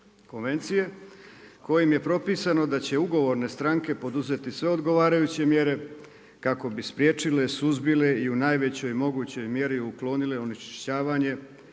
konvencije kojim je propisano da će ugovorne stranke poduzeti sve odgovarajuće mjere kako bi spriječile, suzbile i u najvećoj mogućoj mjeri uklonile onečišćavanje